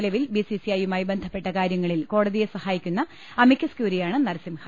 നിലവിൽ B C C ഐയുമായി ബന്ധപ്പെട്ട കാര്യങ്ങളിൽ കോടതിയെ സഹായിക്കുന്ന അമിക്കസ് ക്യൂറിയാണ് നരസിംഹ